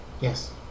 yes